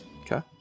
Okay